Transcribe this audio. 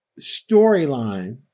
storyline